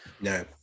no